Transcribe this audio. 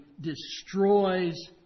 destroys